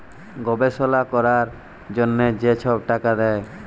গবেষলা ক্যরার জ্যনহে যে ছব টাকা দেয়